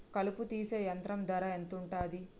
కలుపు తీసే యంత్రం ధర ఎంతుటది?